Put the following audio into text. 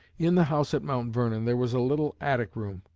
in the house at mount vernon, there was a little attic room,